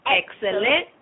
excellent